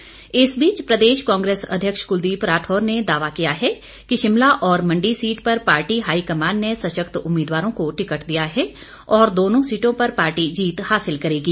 राठौर धनीराम इस बीच प्रदेश कांग्रेस अध्यक्ष कुलदीप राठौर ने दावा किया है कि शिमला और मंडी सीट पर पार्टी हाईकमान ने सशक्त उम्मीदवारों को टिकट दिया है और दोनों सीटों पर पार्टी जीत हासिल करेगी